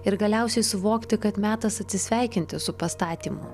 ir galiausiai suvokti kad metas atsisveikinti su pastatymu